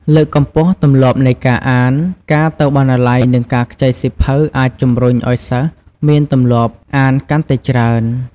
លើកកម្ពស់ទម្លាប់នៃការអាន: ការទៅបណ្ណាល័យ និងការខ្ចីសៀវភៅអាចជំរុញឱ្យសិស្សមានទម្លាប់អានកាន់តែច្រើន។